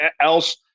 else